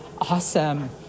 awesome